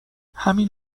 همین